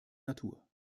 natur